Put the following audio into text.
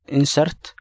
insert